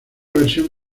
versión